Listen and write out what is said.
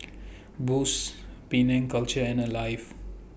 Boost Penang Culture and Alive